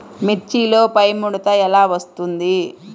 మిర్చిలో పైముడత ఎలా వస్తుంది?